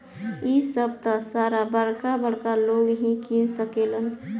इ सभ त सारा बरका बरका लोग ही किन सकेलन